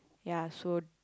ya so